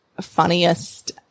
funniest